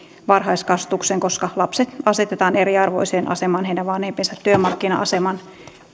varhaiskasvatukseen koska lapset asetetaan eriarvoiseen asemaan heidän vanhempiensa työmarkkina aseman